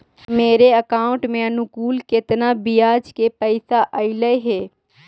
मेरे अकाउंट में अनुकुल केतना बियाज के पैसा अलैयहे?